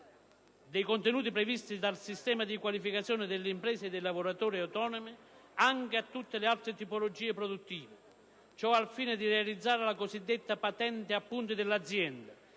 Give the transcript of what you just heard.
dei contenuti previsti dal sistema di qualificazione delle imprese e dei lavoratori autonomi anche a tutte le altre tipologie produttive, al fine di realizzare la cosiddetta «patente a punti dell'azienda»